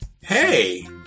Hey